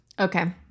Okay